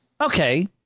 okay